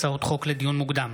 הצעות חוק לדיון מוקדם,